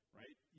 right